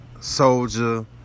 soldier